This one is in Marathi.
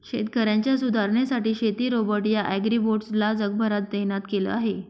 शेतकऱ्यांच्या सुधारणेसाठी शेती रोबोट या ॲग्रीबोट्स ला जगभरात तैनात केल आहे